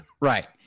right